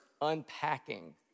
unpacking